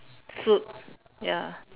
suit ya